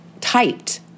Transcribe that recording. typed